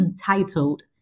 titled